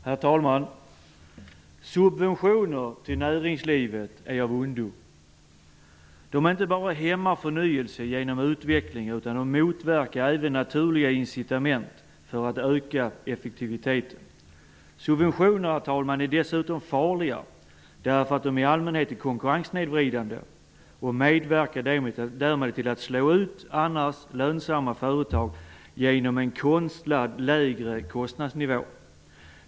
Herr talman! Subventioner till näringslivet är av ondo. De hämmar inte bara förnyelse genom utveckling utan de motverkar naturliga incitament för att öka effektiviteten. Subventionerna är dessutom farliga, eftersom de i allmänhet är konkurrenssnedvridande och därmed medverkar till att slå ut annars lönsamma företag genom en konstlad lägre kostnadsnivå.